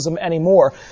anymore